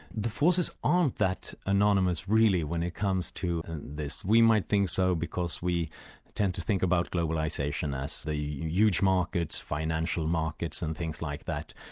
the forces aren't that anonymous really when it comes to and this. we might think so because we tend to think about globalisation as the huge markets, financial markets and things like that,